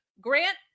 grant